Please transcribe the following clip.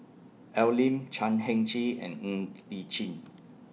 Al Lim Chan Heng Chee and Ng Li Chin